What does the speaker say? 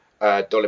dollar